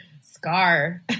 Scar